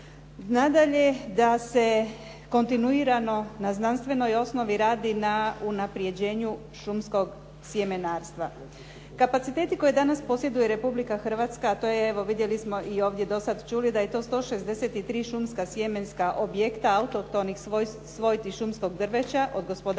Nadalje, da se kontinuirano na znanstvenoj osnovi radi na unapređenju šumskog sjemenarstva. Kapaciteti koje danas posjeduje Republika Hrvatska a to je evo vidjeli smo i ovdje do sada čuli da je to 163 šumska sjemenska objekta autohtonih svojti šumskog drveća od gospodarskog